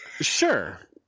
Sure